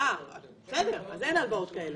אין לנו הלוואות כאלה.